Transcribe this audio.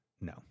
No